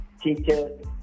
teachers